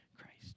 Christ